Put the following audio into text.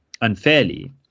unfairly